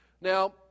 Now